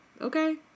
okay